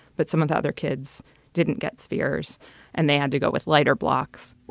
but some of the other kids didn't get spheres and they had to go with lighter blocks